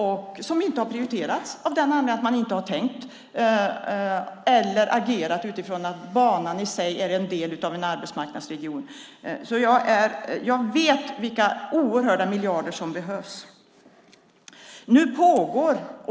De har inte prioriterats för att man inte tänkt eller agerat utifrån insikten att banan är en del av en arbetsmarknadsregion. Jag vet vilka oerhörda summor som behövs.